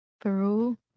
peru